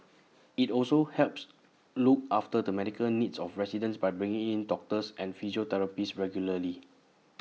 IT also helps look after the medical needs of residents by bringing in doctors and physiotherapists regularly